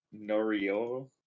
Norio